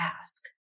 ask